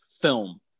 film